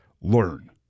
Learn